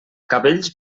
cabells